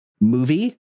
movie